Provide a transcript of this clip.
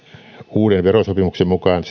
uuden verosopimuksen mukaan